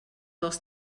dels